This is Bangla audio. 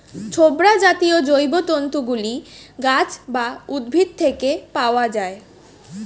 ছোবড়া জাতীয় জৈবতন্তু গুলি গাছ বা উদ্ভিদ থেকে পাওয়া যায়